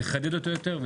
לחדד אותו יותר.